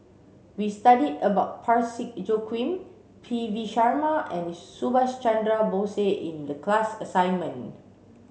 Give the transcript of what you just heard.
we studied about Parsick Joaquim P V Sharma and Subhas Chandra Bose in the class assignment